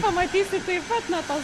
pamatysi taip pat matau